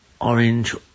orange